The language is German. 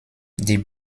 die